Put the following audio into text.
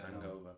hangover